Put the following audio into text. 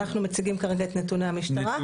אנחנו מציגים כרגע את נתוני המשטרה.